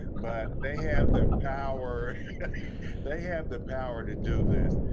but they have the power they have the power to do this.